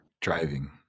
driving